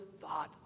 thought